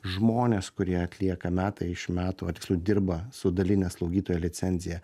žmonės kurie atlieka metai iš metų a tiksliau dirba su daline slaugytojo licencija